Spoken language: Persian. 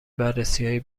بررسیهای